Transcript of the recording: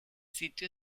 sitio